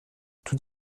tout